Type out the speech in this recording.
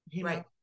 right